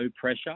pressure